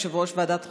יושב-ראש ועדת החוקה,